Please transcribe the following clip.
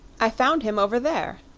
i found him over there,